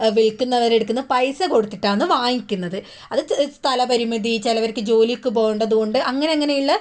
വിൽക്കുന്നവരടുത്തുന്നു പൈസ കൊടുത്തിട്ടാണ് വാങ്ങിക്കുന്നത് അത് സ്ഥല പരിമിതി ചിലർക്ക് ജോലിക്ക് പോകേണ്ടത് കൊണ്ട് അങ്ങനെ അങ്ങനെ ഉള്ള